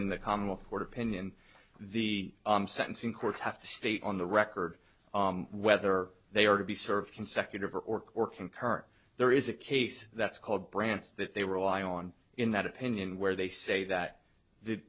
in the commonwealth court opinion the sentencing courts have to state on the record whether they are to be served consecutive or ork or concurrent there is a case that's called brandt's that they rely on in that opinion where they say that the